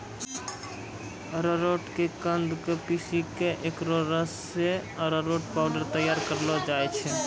अरारोट के कंद क पीसी क एकरो रस सॅ अरारोट पाउडर तैयार करलो जाय छै